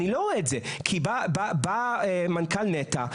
אני לא רואה את זה כי בא מנכ"ל נת"ע